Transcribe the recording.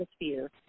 atmosphere